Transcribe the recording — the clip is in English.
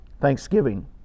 thanksgiving